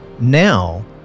Now